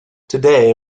today